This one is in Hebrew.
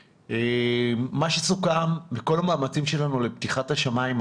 מה שסוכם בכל המאמצים שלנו לפתיחת השמיים,